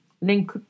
link